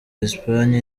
espagne